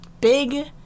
big